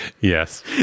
Yes